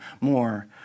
more